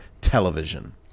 television